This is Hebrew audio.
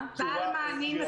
סבירה.